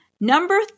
Number